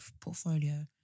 portfolio